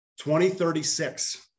2036